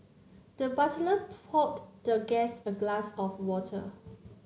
the butler poured the guest a glass of water